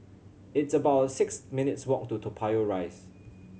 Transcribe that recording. it's about six minutes' walk to Toa Payoh Rise